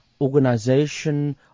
organization